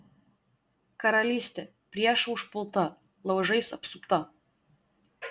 karalystė priešų užpulta laužais apsupta